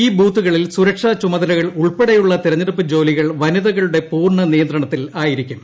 ഈ ബൂത്തുകളിൽ സുരക്ഷാ ചുമതലകൾ ഉൾപ്പെടെയുള്ള തെരെഞ്ഞെടുപ്പ് ജോലി കൾ വനിതകളുടെ പൂർണ്ണ നിയന്ത്രണത്തിലായിരിക്കും